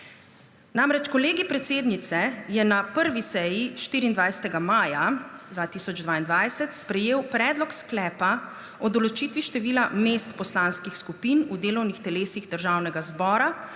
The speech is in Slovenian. zbora. Kolegij predsednice je namreč na 1. seji 24. maja 2022 sprejel predlog sklepa o določitvi števila mest poslanskih skupin v delovnih telesih Državnega zbora